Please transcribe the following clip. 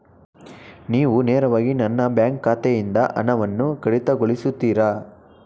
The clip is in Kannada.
ನೀವು ನೇರವಾಗಿ ನನ್ನ ಬ್ಯಾಂಕ್ ಖಾತೆಯಿಂದ ಹಣವನ್ನು ಕಡಿತಗೊಳಿಸುತ್ತೀರಾ?